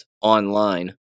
online